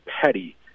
petty